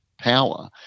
power